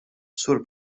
sur